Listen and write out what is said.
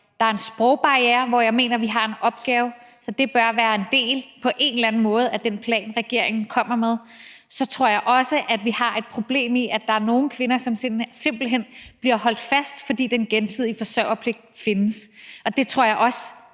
Der er en sprogbarrierer, hvor jeg mener, vi har en opgave. Så det bør på en eller anden måde være en del af den plan, regeringen kommer med. Så tror jeg også, at vi har et problem, i forhold til at der er nogle kvinder, som simpelt hen bliver holdt fast, fordi den gensidige forsørgerpligt findes, og det tror jeg også